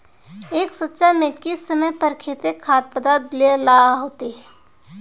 एक सिंचाई में किस समय पर केते खाद पदार्थ दे ला होते?